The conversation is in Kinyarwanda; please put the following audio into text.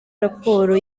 raporo